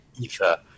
Ether